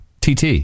TT